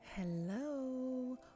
hello